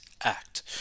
act